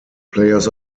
players